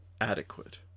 adequate